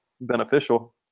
beneficial